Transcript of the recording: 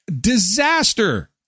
Disaster